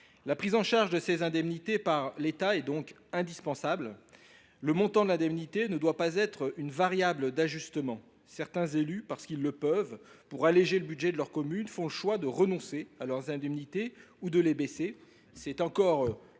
La prise en charge de ces indemnités par l’État est donc indispensable : leur montant ne doit pas être une variable d’ajustement. Certains élus, parce qu’ils le peuvent, et pour alléger le budget de leur commune, font le choix de renoncer à leurs indemnités ou d’en diminuer le montant.